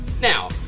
Now